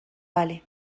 bale